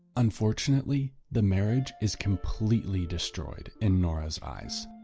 unfortunately, the marriage is completely destroyed in nora's eyes.